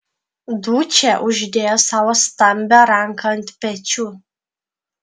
dučė uždėjo savo stambią ranką ant pečių